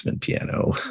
piano